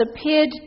appeared